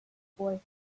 boy